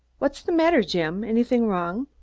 what's the matter, jim? anything wrong?